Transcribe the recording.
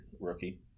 rookie